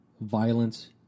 Violence